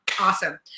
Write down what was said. awesome